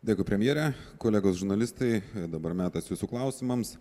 dėkui premjere kolegos žurnalistai dabar metas jūsų klausimams